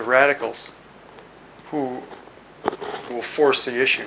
the radicals who will force the issue